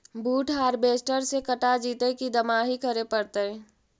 बुट हारबेसटर से कटा जितै कि दमाहि करे पडतै?